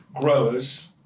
growers